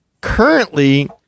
currently